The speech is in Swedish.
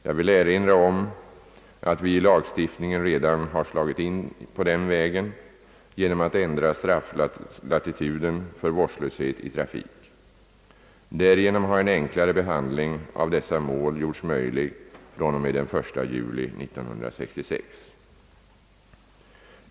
Jag vill erinra om att vi i lagstiftningen redan har slagit in på den vägen genom att ändra straffskalan för vårdslöshet i trafik. Därigenom har en enklare behandling av dessa talrika mål gjorts möjlig fr.o.m. den 1 juli 1966.